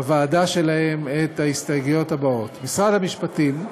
בוועדה שלהם את ההסתייגויות הבאות: משרד המשפטים,